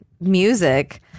music